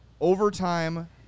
Overtime